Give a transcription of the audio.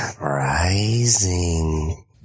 Rising